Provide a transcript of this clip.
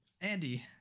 Andy